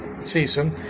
season